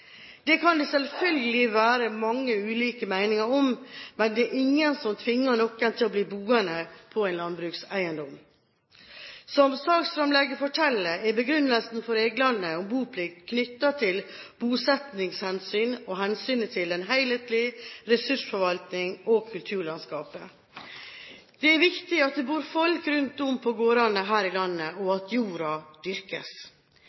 Det kan det selvfølgelig være mange ulike meninger om, men det er ingen som tvinger noen til å bli boende på en landbrukseiendom. Som saksfremlegget forteller, er begrunnelsen for reglene om boplikt knyttet til bosettingshensynet og hensynet til en helhetlig ressursforvaltning og kulturlandskapet. Det er viktig at det bor folk rundt om på gårdene her i landet, og at jorda dyrkes.